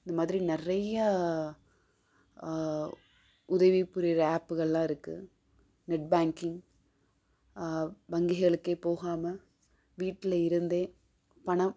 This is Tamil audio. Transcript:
இந்த மாதிரி நிறையா உதவி புரியுற ஆப்களெல்லாம் இருக்குது நெட் பேங்க்கிங் வங்கிகளுக்கே போகாமல் வீட்டில் இருந்தே பணம்